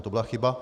To byla chyba.